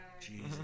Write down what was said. Jesus